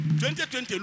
2020